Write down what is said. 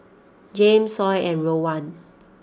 Jame Sol and Rowan